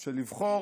של לבחור